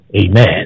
amen